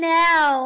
now